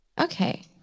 Okay